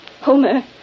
Homer